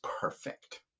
perfect